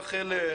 רחל,